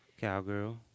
Cowgirl